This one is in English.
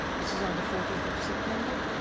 this is on the fourteenth of september,